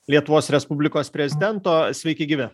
lietuvos respublikos prezidento sveiki gyvi